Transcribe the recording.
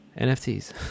NFTs